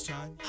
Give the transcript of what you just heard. Time